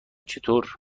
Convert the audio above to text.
چطور